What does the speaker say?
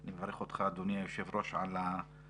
אני מברך אותך, אדוני היושב ראש, על הישיבה.